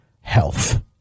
Health